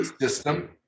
system